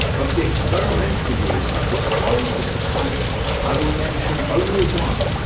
of the experimental reasons which warrant this assumption i will mention only one.